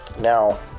Now